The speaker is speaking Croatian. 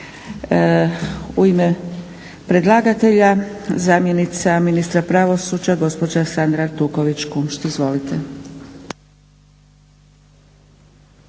U ime predlagatelja zamjenica ministra pravosuđa gospođa Sandra Artuković-Kunšt. Izvolite.